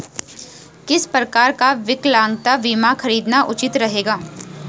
किस प्रकार का विकलांगता बीमा खरीदना उचित रहेगा?